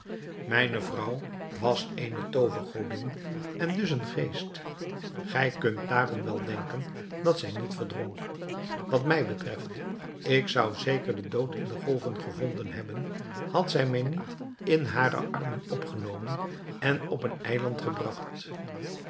mijne vrouw was eene toovergodin en dus een geest gij kunt daarom wel denken dat zij niet verdronk wat mij betreft ik zou zeker den dood in de golven gevonden hebben had zij mij niet in hare armen opgenomen en op een eiland gebragt